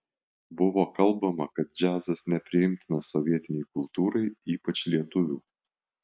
buvo kalbama kad džiazas nepriimtinas sovietinei kultūrai ypač lietuvių